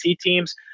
teams